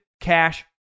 Cash